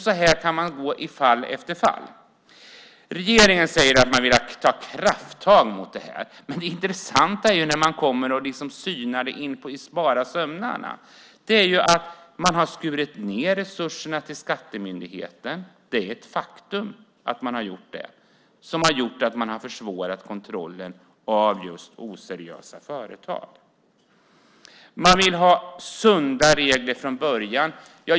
Så kan man göra i fall efter fall. Regeringen säger att man vill ta krafttag mot detta. Det intressanta är när man synar det i sömmarna. Man har skurit ned resurserna till skattemyndigheten. Det är ett faktum som har försvårats av just oseriösa företag. Man vill ha sunda regler från början.